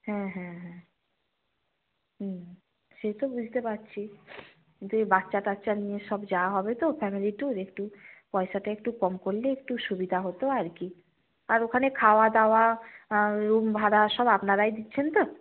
হ্যাঁ হ্যাঁ হ্যাঁ হুম সে তো বুঝতে পারছি যে বাচ্চা টাচ্চা নিয়ে সব যাওয়া হবে তো ফ্যামিলি ট্যুর একটু পয়সাটা একটু কম করলে একটু সুবিধা হতো আর কি আর ওখানে খাওয়া দাওয়া রুম ভাড়া সব আপনারাই দিচ্ছেন তো